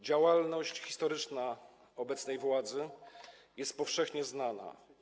Działalność historyczna obecnej władzy jest powszechnie znana.